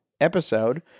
episode